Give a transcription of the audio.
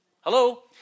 Hello